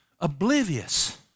oblivious